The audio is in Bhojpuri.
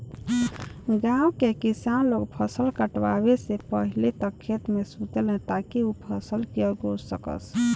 गाँव के किसान लोग फसल काटला से पहिले तक खेते में सुतेलन ताकि उ फसल के अगोर सकस